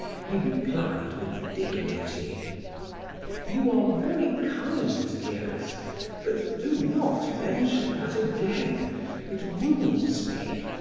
he replied with dignity you are very kind, dearest but do not mention that again it wounds me.